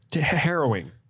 harrowing